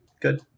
Good